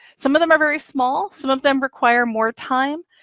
some of them are very small, some of them require more time,